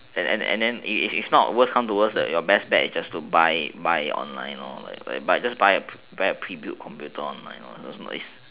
and then then if if not worse come to worst your best bet is just to buy buy it online like just buy buy a pre built computer online